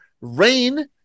Rain